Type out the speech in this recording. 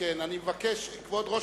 כבוד ראש